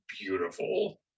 beautiful